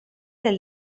del